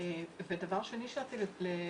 דבר שני שרציתי לציין,